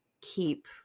keep